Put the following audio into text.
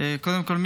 קודם כול,